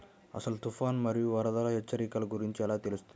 అసలు తుఫాను మరియు వరదల హెచ్చరికల గురించి ఎలా తెలుస్తుంది?